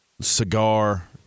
cigar